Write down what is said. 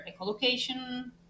echolocation